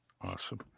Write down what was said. awesome